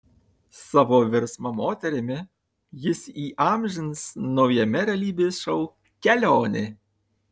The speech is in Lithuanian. savo virsmą moterimi jis įamžins naujame realybės šou kelionė